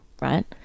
right